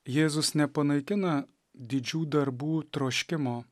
jėzus nepanaikina didžių darbų troškimo